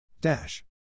Dash